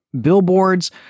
billboards